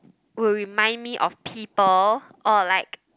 will remind me of people or like